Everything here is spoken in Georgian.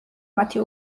მათი